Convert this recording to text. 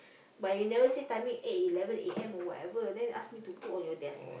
but you never say timing eh eleven A_M or whatever then ask me to put on your desk